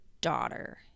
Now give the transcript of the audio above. daughter